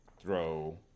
throw